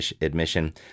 admission